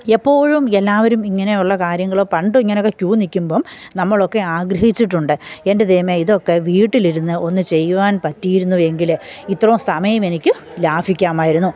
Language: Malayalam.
എപ്പോഴും എല്ലാവരും ഇങ്ങനെയുള്ള കാര്യങ്ങൾ പണ്ട് ഇങ്ങനെയൊക്കെ ക്യൂ നിൽക്കുമ്പം നമ്മളൊക്കെ ആഗ്രഹിച്ചിട്ടുണ്ട് എന്റെ ദൈവമേ ഇതൊക്കെ വീട്ടിലിരുന്ന് ഒന്നു ചെയ്യുവാന് പറ്റിയിരുന്നു എങ്കിൽ ഇത്രയും സമയം എനിക്ക് ലാഭിക്കാമായിരുന്നു